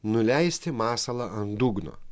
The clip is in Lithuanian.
nuleisti masalą ant dugno